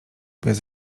bez